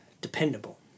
dependable